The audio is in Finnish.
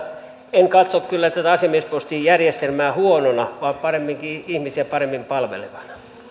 en katso kyllä tätä asiamiespostijärjestelmää huonona vaan paremminkin ihmisiä paremmin palvelevana